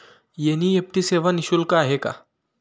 NEFT सेवा निःशुल्क आहे का?